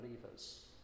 believers